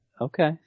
Okay